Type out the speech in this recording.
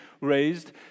raised